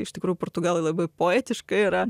iš tikrųjų portugalai labai poetiška yra